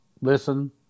listen